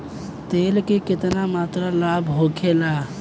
तेल के केतना मात्रा लाभ होखेला?